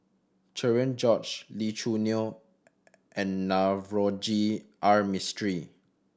Cherian George Lee Choo Neo and Navroji R Mistri